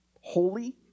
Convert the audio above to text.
holy